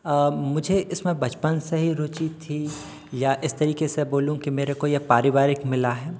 मुझे इसमें बचपन से हीं रुचि थी या इस तरीके से बोलूँ कि मेरे को ये पारिवारिक मिला है